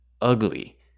ugly